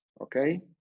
Okay